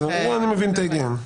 אני מבין את ההיגיון.